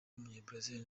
w’umunyabrazil